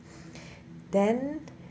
then